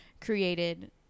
created